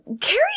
Carrie